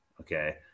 Okay